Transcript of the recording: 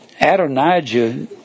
Adonijah